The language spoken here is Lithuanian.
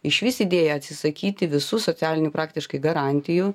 išvis idėja atsisakyti visų socialinių praktiškai garantijų